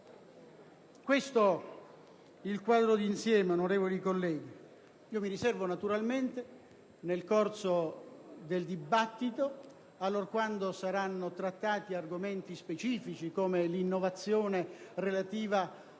Questo è il quadro di insieme, onorevoli colleghi. Mi riservo naturalmente nel corso del dibattito, allorquando saranno trattati argomenti specifici, come l'innovazione relativa